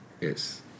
Yes